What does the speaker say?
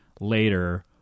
later